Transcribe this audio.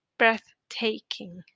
breathtaking